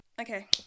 Okay